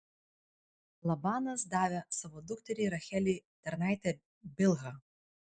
labanas davė savo dukteriai rachelei tarnaitę bilhą